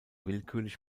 willkürlich